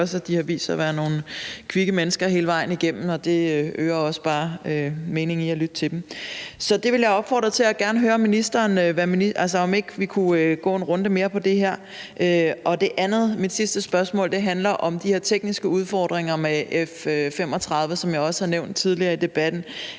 de har vist sig at være nogle kvikke mennesker hele vejen igennem, og det øger også bare meningen i at lytte til dem. Så det vil jeg opfordre til, og jeg vil gerne spørge ministeren, om ikke vi kunne tage en runde mere om det her. Mit sidste spørgsmål handler om de her tekniske udfordringer med F-35, som jeg også har nævnt tidligere i debatten.